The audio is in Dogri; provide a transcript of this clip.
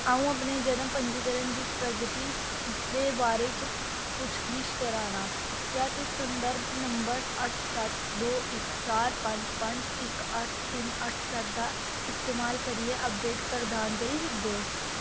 अ'ऊं अपने जनम पंजीकरण दी प्रगति दे बारे च पुच्छ गिच्छ करा ना क्या तुस संदर्भ नंबर अट्ठ सत्त दो इक चार पंज पंज इक अट्ठ तिन्न अट्ठ सत्त दा इस्तेमाल करियै अपडेट प्रदान करी सकदे ओ